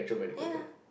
ya